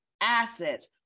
assets